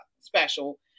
special